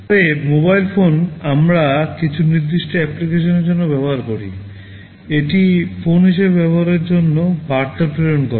তবে mobile phone আমরা কিছু নির্দিষ্ট অ্যাপ্লিকেশনের জন্য ব্যবহার করি এটি ফোন হিসাবে ব্যবহারের জন্য বার্তা প্রেরণ করে